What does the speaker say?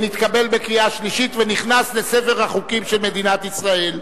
נתקבל בקריאה שלישית ונכנס לספר החוקים של מדינת ישראל.